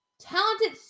talented